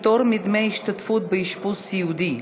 פטור מדמי השתתפות באשפוז סיעודי),